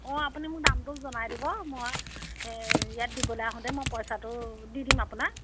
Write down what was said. অঁ আপুনি মোক নামটো জনাই দিব মই এই ইয়াত দিবলৈ আহোঁতে মই পইচাটো দি দিম আপোনাক